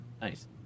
Nice